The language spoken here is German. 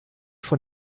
von